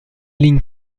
ligne